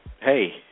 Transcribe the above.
hey